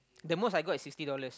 the most I got is sixty dollars